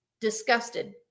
disgusted